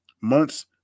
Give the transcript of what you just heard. months